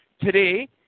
today